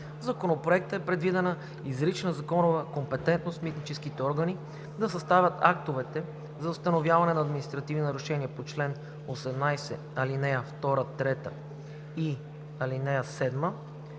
Законопроекта е предвидена изрична законова компетентност митническите органи да съставят актовете за установяване на административни нарушения по чл. 18, ал. 2, 3 и ал. 7,